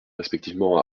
respectivement